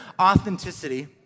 authenticity